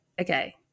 okay